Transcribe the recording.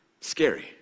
Scary